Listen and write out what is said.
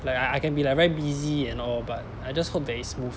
like I can be like very busy and all but I just hope that it's smooth